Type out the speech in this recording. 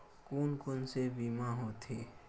कोन कोन से बीमा होथे?